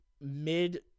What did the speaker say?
mid